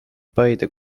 paide